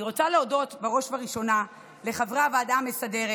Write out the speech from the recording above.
אני רוצה להודות בראש ובראשונה לחברי הוועדה המסדרת